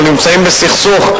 או שנמצאים בסכסוך,